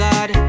God